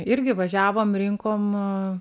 irgi važiavom rinkom